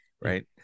right